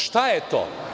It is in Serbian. Šta je to?